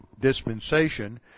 dispensation